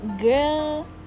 Girl